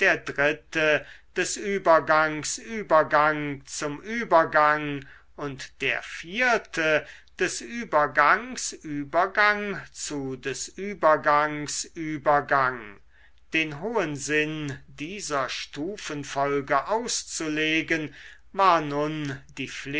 des übergangs übergang zum übergang und der vierte des übergangs übergang zu des übergangs übergang den hohen sinn dieser stufenfolge auszulegen war